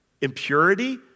impurity